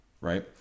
right